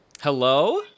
hello